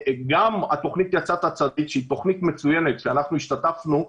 גם התוכנית "יצאת צדיק" שהיא תוכנית מצוינת שאנחנו השתתפנו בה,